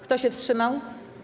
Kto się wstrzymał?